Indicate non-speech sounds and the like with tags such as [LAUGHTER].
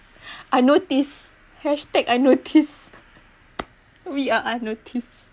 I noticed hashtag I noticed [LAUGHS] we are unnoticed